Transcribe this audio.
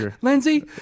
Lindsay